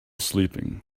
sleeping